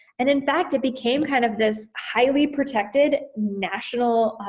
and in fact it became kind of this highly protected national